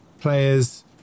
players